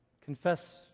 Confess